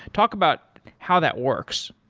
talk about how that works.